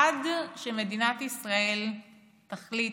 עד שמדינת ישראל תחליט,